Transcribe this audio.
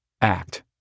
Act